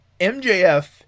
MJF